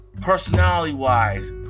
personality-wise